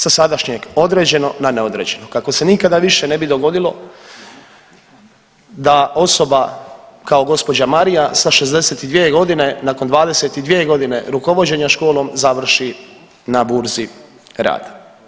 Sa sadašnjeg određenog na neodređeno kako se nikada više ne bi dogodilo da osoba kao gospođa Marija sa 62 godine nakon 22 godine rukovođenja školom završi na burzi rada.